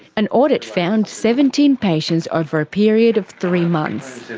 an audit found seventeen patients over a period of three months.